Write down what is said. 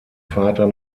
vater